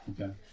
Okay